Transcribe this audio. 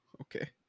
Okay